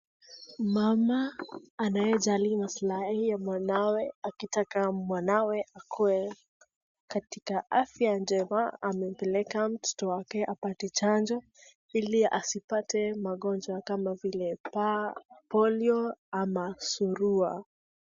Mama anayejali maslahi ya mwanawe, akitaka mwanawe akuwe katika afya njema amepeleka mtoto wake apate chanjo ili asipate magonjwa kama vile polio ama surua.